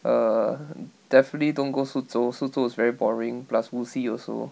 err definitely don't go 苏州苏州 is very boring plus 无锡 also